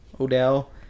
Odell